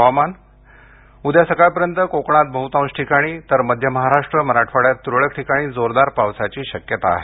हवामान उद्या सकाळपर्यंत कोकणात बह्तांश ठिकाणी तर मध्य महाराष्ट्र मराठवाड्यात त्रळक ठिकाणी जोरदार पावसाची शक्यता आहे